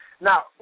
Now